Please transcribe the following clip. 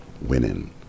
winning